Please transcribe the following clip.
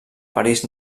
parís